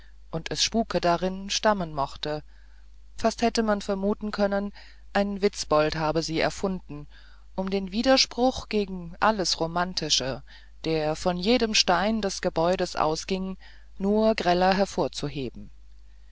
und es spuke darin stammen mochte fast hätte man vermuten können ein witzbold habe sie erfunden um den widerspruch gegen alles romantische der von jedem stein des gebäudes ausging noch greller hervorzuheben